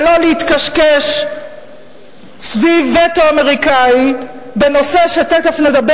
ולא להתקשקש סביב וטו אמריקני בנושא שתיכף נדבר